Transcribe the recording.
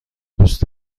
دوست